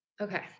Okay